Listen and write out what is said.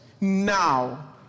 now